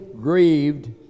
grieved